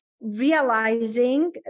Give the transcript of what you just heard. realizing